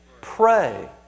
pray